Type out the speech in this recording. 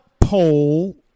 poll